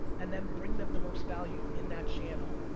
and then bring them the most value in that channel.